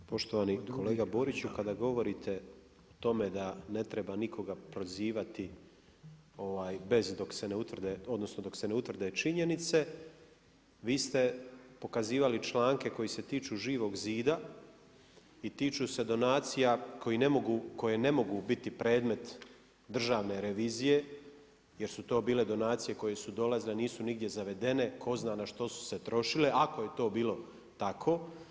Poštovani kolega Boriću kada govorite o tome da ne treba nikoga prozivati bez dok se ne utvrde odnosno dok se ne utvrde činjenice vi ste pokazivali članke koji se tiču Živog zida i tiču se donacija koje ne mogu biti predmet Državne revizije jer su to bile donacije koje su dolazile, a nisu nigdje zavedene, tko zna na što su se trošile ako je to bilo tako.